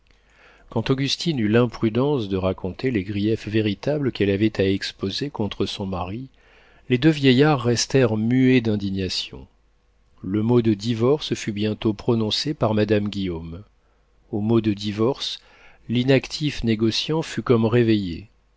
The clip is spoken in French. augustine eut l'imprudence de raconter les griefs véritables qu'elle avait à exposer contre son mari les deux vieillards restèrent muets d'indignation le mot de divorce fut bientôt prononcé par madame guillaume au mot de divorce l'inactif négociant fut comme réveillé